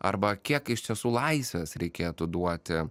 arba kiek iš tiesų laisvės reikėtų duoti